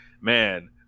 man